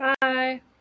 Bye